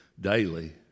daily